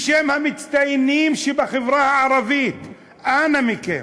בשם המצטיינים שבחברה הערבית: אנא מכם.